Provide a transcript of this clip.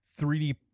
3D